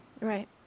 Right